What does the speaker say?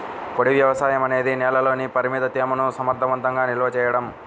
పొడి వ్యవసాయం అనేది నేలలోని పరిమిత తేమను సమర్థవంతంగా నిల్వ చేయడం